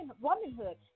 womanhood